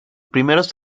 primeros